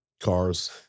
Cars